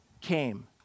came